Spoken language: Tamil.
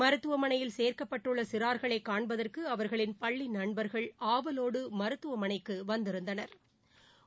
மருத்துவமனையில் சேர்க்கப்பட்டுள்ளசிறார்களைகாண்பதற்குஅவர்களின் பள்ளிநண்பா்கள் ஆவலோடுமருத்துவமனைக்குவந்திருந்தனா்